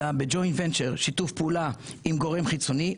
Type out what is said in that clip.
אלא ב-join vencher שיתוף פעולה עם גורם חיצוני,